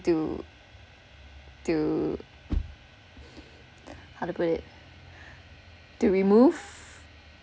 to to how to put it to remove